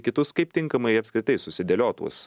kitus kaip tinkamai apskritai susidėliot tuos